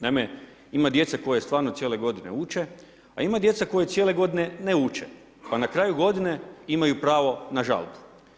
Naime, ima djece koja stvarno cijele godine uče, a ima djece koja cijele godine ne uče pa na kraju godine imaju pravo na žalbu.